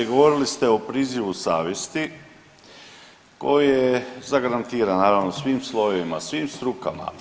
Govorili ste o prizivu savjesti koje je zagarantirana naravno u svim slojevima, svim strukama.